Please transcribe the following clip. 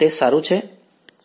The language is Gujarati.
તે સારું છે